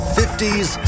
50s